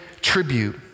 tribute